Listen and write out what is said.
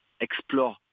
explore